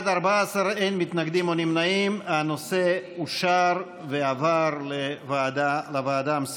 להאריך את הוראת השעה הזאת בתום דיון לא פשוט בוועדת הכספים.